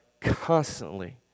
constantly